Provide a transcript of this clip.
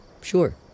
Sure